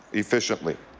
efficiently.